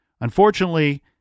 Unfortunately